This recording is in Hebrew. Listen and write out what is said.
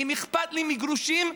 אם אכפת לי מגרושים,